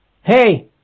Hey